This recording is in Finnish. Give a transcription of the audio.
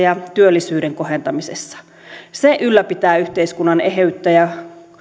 ja työllisyyden kohentamisessa se ylläpitää yhteiskunnan eheyttä ja